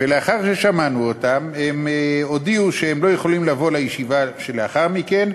ולאחר ששמענו אותם הם הודיעו שהם לא יכולים לבוא לישיבה שלאחר מכן,